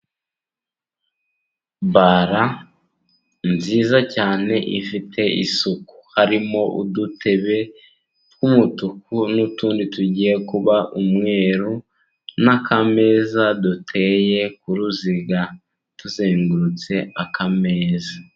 Bare nziza cyane, ifite isuku, harimo udutebe tw'umutuku, n'utundi tugiye kuba umweru, n'akameza, duteye ku ruziga tuzengurutse akameza.